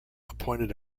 appointed